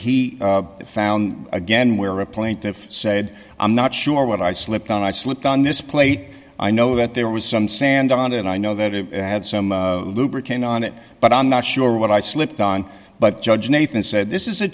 where he found again where a plaintiff said i'm not sure what i slipped on i slipped on this plate i know that there was some sand on it and i know that it had some lubricant on it but i'm not sure what i slipped on but judge nathan said this is a